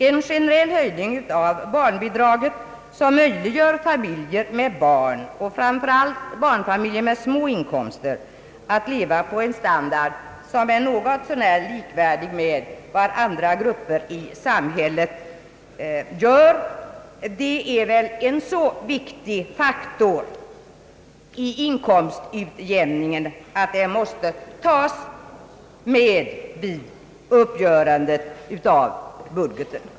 En generell höjning av barnbidragen som möjliggör för familjer med barn och framför allt för barnfamiljer med små inkomster att leva på en standard, som är något så när likvärdig med vad andra grupper i samhället har, är väl en så viktig faktor i inkomstutjämningen att den måste tas med vid uppgörandet av budgeten.